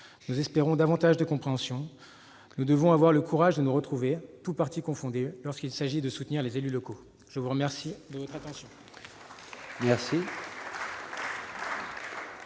nous espérons davantage de compréhension. Nous devons avoir le courage de nous retrouver, tous partis confondus, lorsqu'il s'agit de soutenir les élus locaux. La parole est à M.